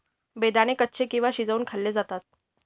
बेदाणे कच्चे किंवा शिजवुन खाल्ले जातात